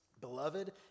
Beloved